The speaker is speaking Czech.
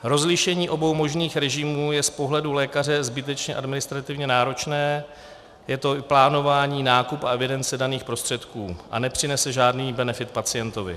Rozlišení obou možných režimů je z pohledu lékaře zbytečně administrativně náročné, je to plánování, nákup a evidence daných prostředků, a nepřinese žádný benefit pacientovi.